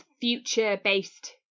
future-based